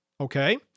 okay